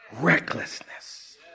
recklessness